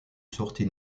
sortie